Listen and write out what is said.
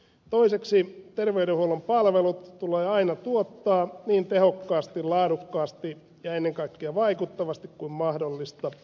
toiseksi terveydenhuollon palvelut tulee aina tuottaa niin tehokkaasti laadukkaasti ja ennen kaikkea vaikuttavasti kuin mahdollista